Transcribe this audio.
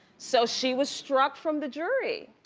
so she was struck from the jury.